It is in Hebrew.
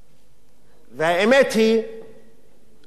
לפעול בחופשיות,